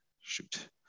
shoot